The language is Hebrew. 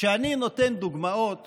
כשאני נותן דוגמאות